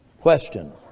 Question